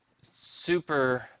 super